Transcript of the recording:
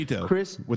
Chris